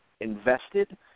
invested